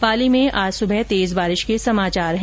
पाली में आज सुबह तेज बारिश के समाचार हैं